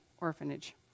orphanage